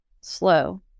slow